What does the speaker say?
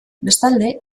bestalde